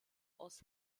aus